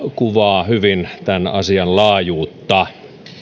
kuvaa hyvin tämän asian laajuutta